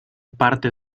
parte